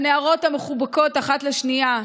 הנערות המחובקות אחת לשנייה,